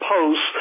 posts